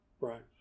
Right